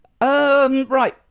Right